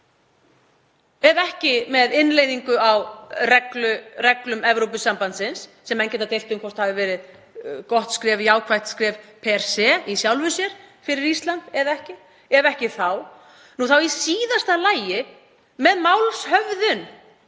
ef ekki með innleiðingu á reglum Evrópusambandsins, sem menn geta deilt um hvort hafi verið gott skref, jákvætt skref í sjálfu sér fyrir Ísland eða ekki, þá í síðasta lagi með málshöfðun